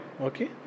okay